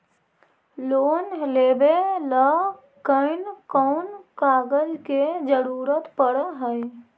Loan लेबे ल कैन कौन कागज के जरुरत पड़ है?